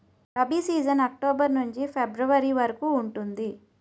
rabi season October నుండి ఫిబ్రవరి వరకు ఉంటుంది